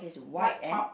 white top